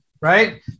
right